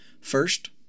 First